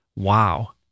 Wow